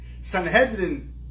Sanhedrin